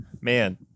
man